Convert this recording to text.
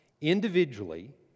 individually